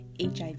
HIV